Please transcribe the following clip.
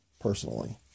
personally